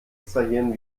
extrahieren